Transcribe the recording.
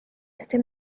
este